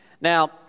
Now